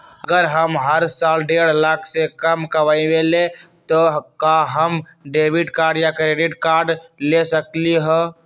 अगर हम हर साल डेढ़ लाख से कम कमावईले त का हम डेबिट कार्ड या क्रेडिट कार्ड ले सकली ह?